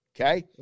Okay